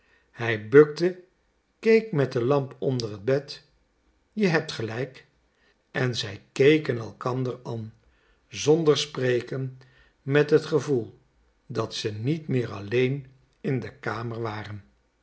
hij bukte keek met de lamp onder het bed je hebt gelijk en zij keken elkander an zonder spreken met t gevoel dat ze niet meer alleen in de kamer waren